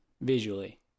visually